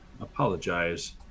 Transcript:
apologize